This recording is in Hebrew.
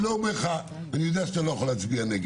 אני יודע שאתה לא יכול להצביע נגד.